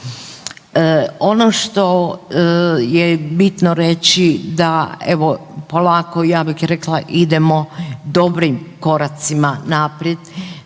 Ono što je bitno reći da evo, polako, ja bih rekla idemo dobrim koracima naprijed,